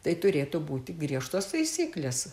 tai turėtų būti griežtos taisyklės